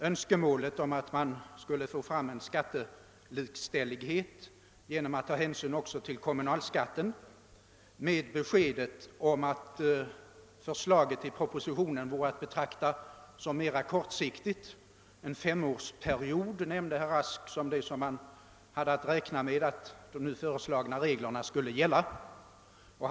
Önskemålet att skapa skattelikställighet genom att ta hänsyn också till kommunalskatten bemöter herr Rask med beskedet att propositio nens förslag är att betrakta som mera kortsiktigt; man kan räkna med att de föreslagna reglerna kommer att gälla under en femårsperiod, sade herr Rask.